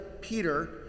Peter